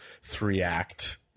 three-act